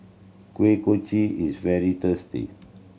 Kuih Kochi is very tasty